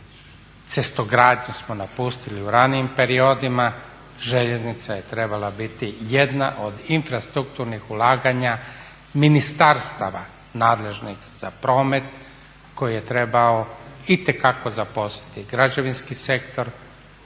Cestogradnju smo napustili u ranijim periodima, željeznica je trebala biti jedna od infrastrukturnih ulaganja ministarstava nadležnih za promet koji je trebao itekako zaposliti građevinski sektor,